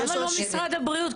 למה לא משרד הבריאות?